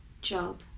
job